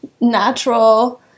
natural